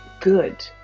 good